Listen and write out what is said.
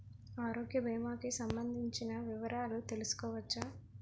ఆరోగ్య భీమాలకి సంబందించిన వివరాలు తెలుసుకోవచ్చా?